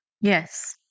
Yes